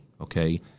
okay